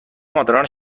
مادران